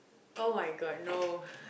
oh-my-god no